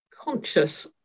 conscious